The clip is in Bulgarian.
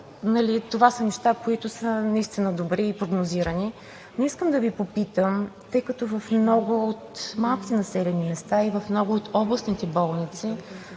това са неща, които са наистина добри и прогнозирани, но искам да Ви попитам: тъй като в много от малките населени места и в много от областните болници